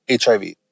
HIV